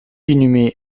inhumé